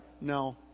No